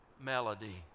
melody